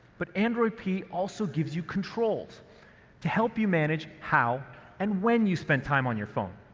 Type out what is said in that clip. but android p also gives you controls to help you manage how and when you spend time on your phone.